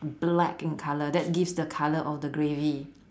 black in colour that gives the colour of the gravy